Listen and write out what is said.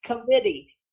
Committee